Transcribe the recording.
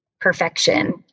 perfection